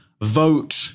Vote